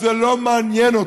זה לא מעניין אותו.